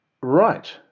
right